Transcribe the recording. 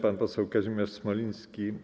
Pan poseł Kazimierz Smoliński.